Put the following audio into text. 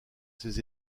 ces